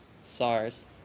SARS